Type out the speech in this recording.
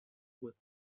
with